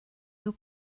your